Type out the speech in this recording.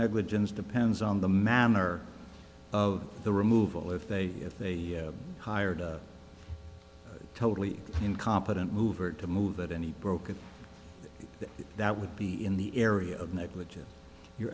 negligence depends on the manner of the removal if they hired a totally incompetent mover to move that any broken that would be in the area of negligence you